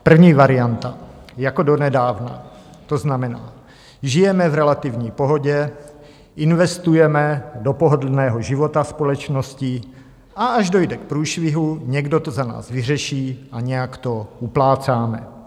První varianta, jako donedávna, to znamená, žijeme v relativní pohodě, investujeme do pohodlného života společnosti, a až dojde k průšvihu, někdo to za nás vyřeší a nějak to uplácáme.